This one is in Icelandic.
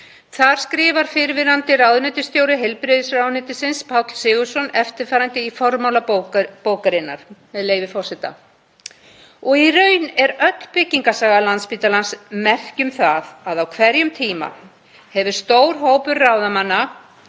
Þar skrifar fyrrverandi ráðuneytisstjóri heilbrigðisráðuneytisins, Páll Sigurðsson, eftirfarandi í formála bókarinnar, með leyfi forseta: „Og í raun er öll byggingarsagan merki um það, að á hverjum tíma hefur stór hópur ráðamanna